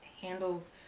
handles